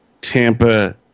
Tampa